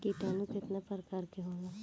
किटानु केतना प्रकार के होला?